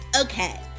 Okay